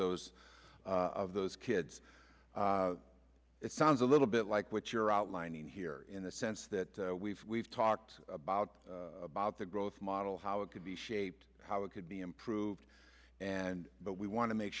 those of those kids it sounds a little bit like what you're outlining here in the sense that we've we've talked about about the growth model how it could be shaped how it could be improved and but we want to make